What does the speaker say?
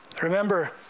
Remember